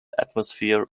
atmosphere